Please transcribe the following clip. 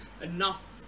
enough